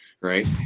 right